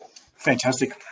Fantastic